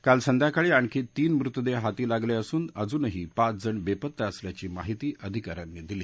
काल संध्याकाळी आणखी तीन मृतदेह हाती लागले असून अजूनही पाचजण बेपत्ता असल्याची माहिती आधिकाऱ्यांनी दिली